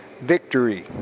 victory